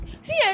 See